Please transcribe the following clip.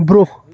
برٛۄنٛہہ